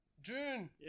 June